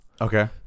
okay